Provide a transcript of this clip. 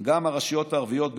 גם הרשויות הערביות,